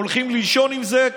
הולכים לישון עם זה,